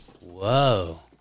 Whoa